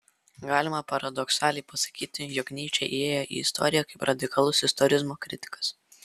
galima paradoksaliai pasakyti jog nyčė įėjo į istoriją kaip radikalus istorizmo kritikas